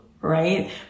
right